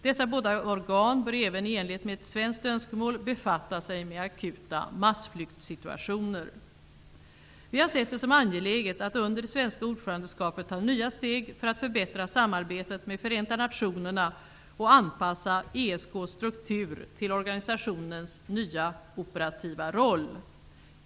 Dessa båda organ bör även, i enlighet med ett svenskt önskemål, befatta sig med akuta massflyktssituationer. Vi har sett det som angeläget att under det svenska ordförandeskapet ta nya steg för att förbättra samarbetet med Förenta nationerna och anpassa ESK:s struktur til organisationens nya operativa roll.